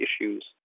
issues